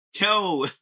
Yo